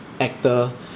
actor